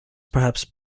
perhaps